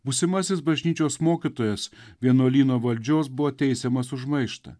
būsimasis bažnyčios mokytojas vienuolyno valdžios buvo teisiamas už maištą